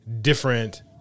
different